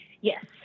Yes